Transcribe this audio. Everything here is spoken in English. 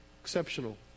Exceptional